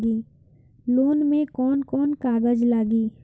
Loan में कौन कौन कागज लागी?